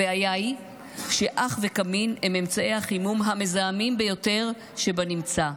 הבעיה היא שאח וקמין הם אמצעי החימום המזהמים ביותר שבנמצא.